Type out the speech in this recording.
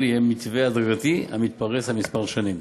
יהיה מתווה הדרגתי המתפרס על כמה שנים.